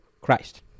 Christ